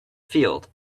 field